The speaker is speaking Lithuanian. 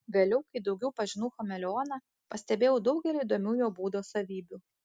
vėliau kai daugiau pažinau chameleoną pastebėjau daugelį įdomių jo būdo savybių